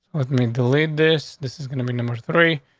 mean, delayed this. this is gonna be number three